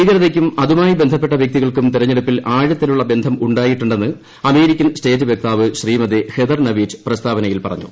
ഭീകരതയ്ക്കും അതുമായി ബന്ധപ്പെട്ട വൃക്തികൾക്കും തെരഞ്ഞെടുപ്പിൽ ആഴത്തിലുള്ള ബന്ധമുണ്ടായിട്ടുണ്ടെന്ന് അമേരിക്കൻ സ്റ്റേറ്റ് വക്താവ് ശ്രീമതി ഹെതർ നവേറ്റ് പ്രസ്താവനയിൽ പറഞ്ഞു